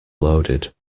loaded